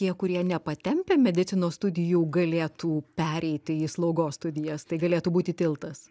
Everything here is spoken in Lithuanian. tie kurie nepatempia medicinos studijų galėtų pereiti į slaugos studijas tai galėtų būti tiltas